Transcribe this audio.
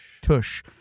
tush